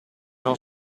non